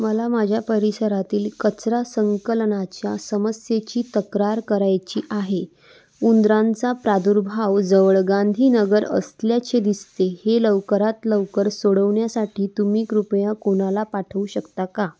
मला माझ्या परिसरातील कचरा संकलनाच्या समस्येची तक्रार करायची आहे उंदरांचा प्रादुर्भाव जवळ गांधी नगर असल्याचे दिसते हे लवकरात लवकर सोडवण्यासाठी तुम्ही कृपया कोणाला पाठवू शकता का